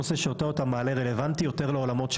הנושא שאותו אתה מעלה רלוונטי יותר לעולמות,